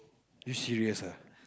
you serious ah